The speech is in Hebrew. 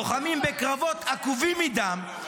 לוחמים בקרבות עקובים מדם,